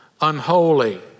unholy